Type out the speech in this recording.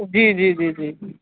جی جی جی جی